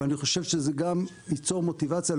אבל אני חושב שזה גם ייצור מוטיבציה.